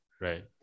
Right